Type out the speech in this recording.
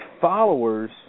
followers